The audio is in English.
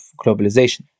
globalization